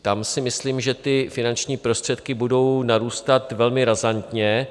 Tam si myslím, že ty finanční prostředky budou narůstat velmi razantně.